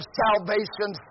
salvation